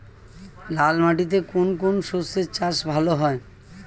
লাল মাটিতে কোন কোন শস্যের চাষ ভালো হয়?